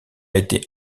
été